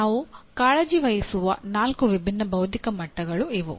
ನಾವು ಕಾಳಜಿವಹಿಸುವ ನಾಲ್ಕು ವಿಭಿನ್ನ ಬೌದ್ಧಿಕ ಮಟ್ಟಗಳು ಇವು